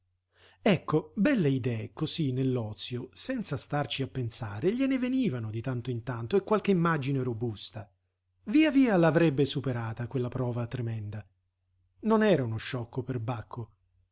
ecco belle idee cosí nell'ozio senza starci a pensare gliene venivano di tanto in tanto e qualche immagine robusta via via l'avrebbe superata quella prova tremenda non era uno sciocco perbacco